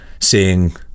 seeing